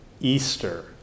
Easter